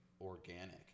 organic